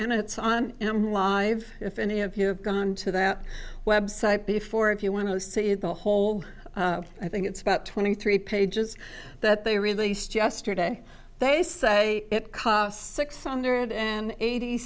and it's on live if any of you have gone to that website before if you want to see the whole i think it's about twenty three pages that they released yesterday they say it cost six hundred and eighty